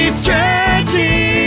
stretchy